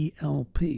ELP